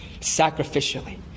sacrificially